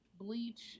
bleach